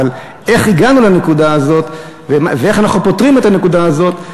אבל איך הגענו לנקודה הזאת ואיך אנחנו פותרים את הנקודה הזאת,